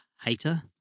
Hater